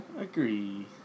agree